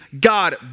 God